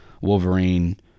Wolverine